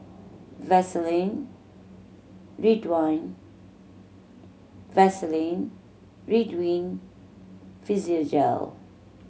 Vaselin rid wine Vaselin Ridwind Physiogel